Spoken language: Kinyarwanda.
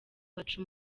baca